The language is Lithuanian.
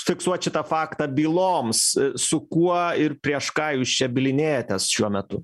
fiksuot šitą faktą byloms su kuo ir prieš ką jūs čia bylinėjatės šiuo metu